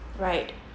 right